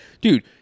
dude